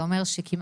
זה אומר שכמעט,